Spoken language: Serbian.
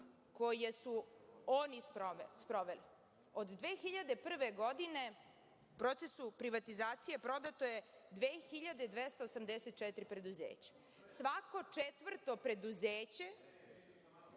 koje su oni sproveli. Od 2001. godine u procesu privatizacije prodato je 2284 preduzeća. Svako četvrto preduzeće